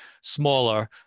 smaller